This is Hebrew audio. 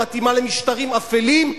שמתאימה למשטרים אפלים,